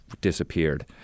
disappeared